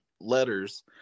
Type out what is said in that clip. letters